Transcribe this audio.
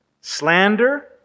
slander